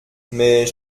mais